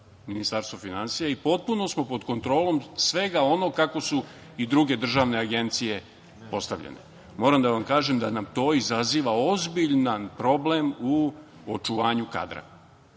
Ministarstvo finansija to usvaja, i potpuno smo pod kontrolom svega onog kako su i druge državne agencije postavljene. Moram da vam kažem da nam to izaziva ozbiljan problem u očuvanju kadra,